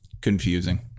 confusing